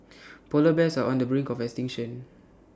Polar Bears are on the brink of extinction